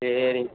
சரிங்க